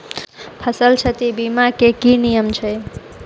फसल क्षति बीमा केँ की नियम छै?